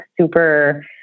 super